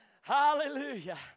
Hallelujah